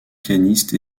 pianiste